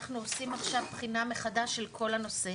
אנחנו עושים עכשיו בחינה מחדש של כל הנושא.